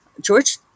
george